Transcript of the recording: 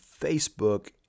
Facebook